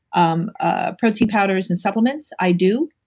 um ah protein powders and supplements. i do,